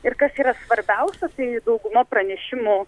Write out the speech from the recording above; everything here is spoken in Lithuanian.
ir kas yra svarbiausia tai dauguma pranešimų